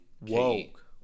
Woke